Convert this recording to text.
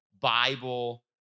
Bible